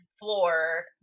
floor